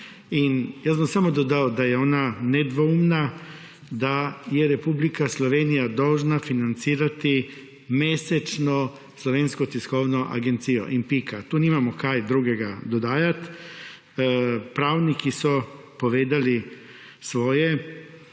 jaz bom samo dodal, da je ona nedvoumna, da je Republika Slovenija dolžna financirati mesečno Slovensko tiskovno agencijo in pika. Tu nimamo kaj drugega dodajati, pravniki so povedali svoje.